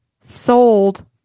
sold